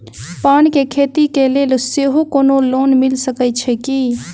पान केँ खेती केँ लेल सेहो कोनो लोन मिल सकै छी की?